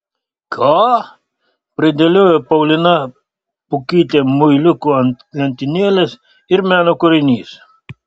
ką pridėliojo paulina pukytė muiliukų ant lentynėlės ir meno kūrinys